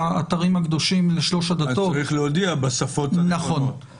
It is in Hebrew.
רצו להבהיר שהם לא כפופים למגבלת התפוסה של 1 ל-7,